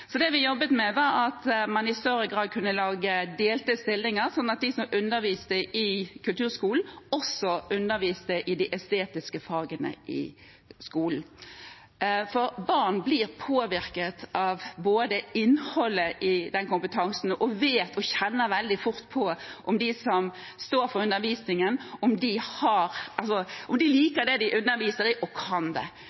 Det vi jobbet med, var at man i større grad kunne lage delte stillinger, slik at de som underviste i kulturskolen, også underviste i de estetiske fagene i skolen. Barn blir både påvirket av innholdet i en slik kompetanse og vet og kjenner veldig fort på om de som står for undervisningen, liker det de